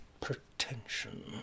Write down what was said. pretension